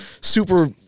super